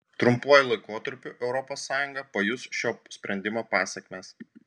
trumpuoju laikotarpiu europos sąjunga pajus šio sprendimo pasekmes